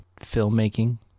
filmmaking